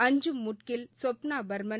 Anjum Moudgil Swapna Burman